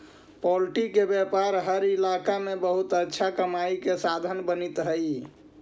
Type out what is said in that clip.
poultry के व्यापार हर इलाका में बहुत अच्छा कमाई के साधन बनित हइ